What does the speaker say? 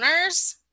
owners